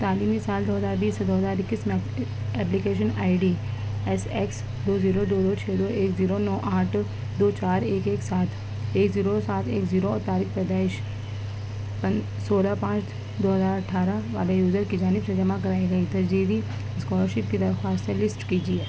تعلیمی سال دو ہزار بیس اور دو ہزار اکیس میں application I D S X دو زیرو دو دو چھ دو ایک زیرو نو آٹھ دو چار ایک ایک سات ایک زیرو سات ایک زیرو اور تاریخ پیدائش پن سولہ پانچ دو ہزار اٹھارہ والے یوزر کی جانب سے جمع کرائی گئی تجدیدی اسکالرشپ کی درخواستیں لسٹ کیجیے